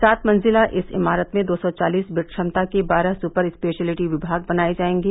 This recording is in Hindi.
सात मंजिला इस इमारत में दो सौ चालीस बेड क्षमता के बारह सुपर स्पेशिलिटी विभाग बनाये जायेंगे